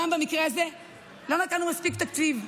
לא נתנו מספיק תקציב.